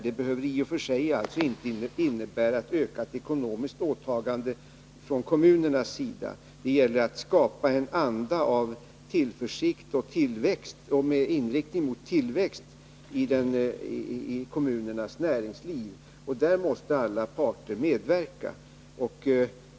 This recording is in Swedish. Det behöver i och för sig inte innebära ett ökat ekonomiskt åtagande från kommunernas sida. Det gäller att skapa en anda av tillförsikt med inriktning mot tillväxt i kommunens näringsliv. Där måste alla parter medverka.